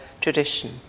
tradition